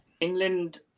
England